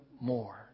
more